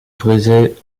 brisait